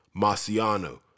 Marciano